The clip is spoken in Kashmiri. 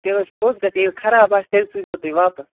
تہٕ حظ چھِ پوٚز کَتھ ییٚلہِ خراب آسہِ تیٚلہِ سوزیو تُہۍ واپس